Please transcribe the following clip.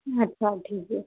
अच्छा ठीक है